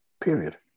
Period